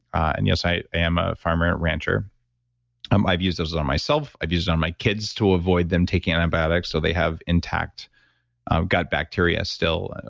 and yes, i am a farmer, a rancher um i've used ozone on myself, i've used ozone on my kids to avoid them taking antibiotics. so, they have intact gut bacteria still.